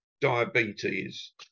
diabetes